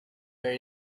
were